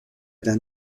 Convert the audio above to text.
era